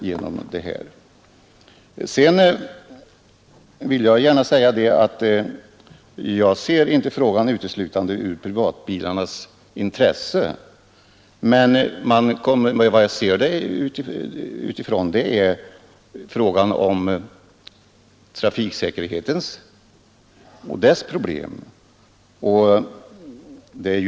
Sedan vill jag gärna säga att jag inte ser på frågan uteslutande utifrån privatbilismens intresse, utan jag ser den som ett trafiksäkerhetsproblem.